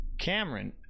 Cameron